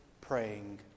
praying